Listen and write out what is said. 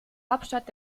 hauptstadt